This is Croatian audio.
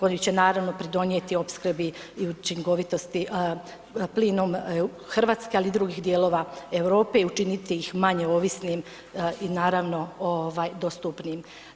Oni će naravno, pridonijeti opskrbi i učinkovitosti plinom Hrvatske, ali i drugih dijelova Europe i učiniti ih manje ovisnim i naravno, dostupnijim.